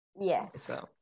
yes